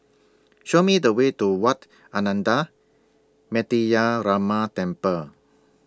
Show Me The Way to Wat Ananda Metyarama Temple